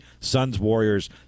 Suns-Warriors